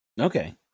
okay